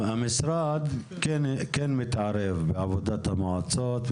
המשרד כן מתערב בעבודת המועצות,